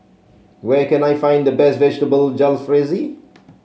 where can I find the best Vegetable Jalfrezi